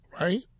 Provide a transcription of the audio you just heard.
right